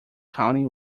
county